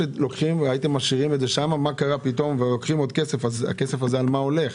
על מה הולך הכסף הזה?